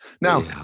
Now